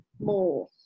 more